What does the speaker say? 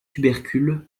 tubercules